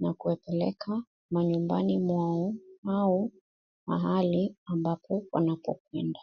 na kuwapeleka manyumbani mwao au mahali ambapo wanapokwenda.